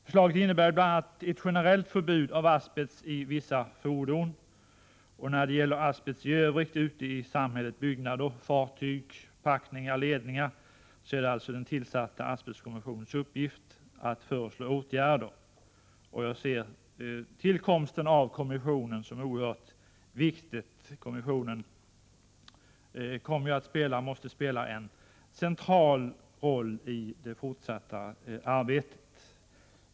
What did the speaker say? Förslaget innebär bl.a. generellt förbud för användning av asbest i vissa fordon. När det gäller asbest i övrigt ute i samhället — byggnader, fartyg, packningar, ledningar — är det den tillsatta asbestkommissionens uppgift att föreslå åtgärder. Jag ser kommissionens tillkomst som något oerhört viktigt. Kommissionen måste spela en central roll i det fortsatta arbetet.